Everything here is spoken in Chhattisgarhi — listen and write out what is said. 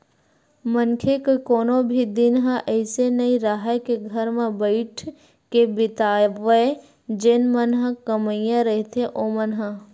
मनखे के कोनो भी दिन ह अइसे नइ राहय के घर म बइठ के बितावय जेन मन ह कमइया रहिथे ओमन ह